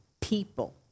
people